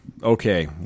okay